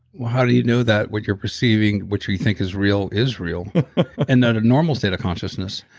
how do you know that what you're perceiving, which we think is real, is real and not a normal state of consciousness?